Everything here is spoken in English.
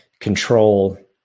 control